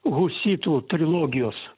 husitų trilogijos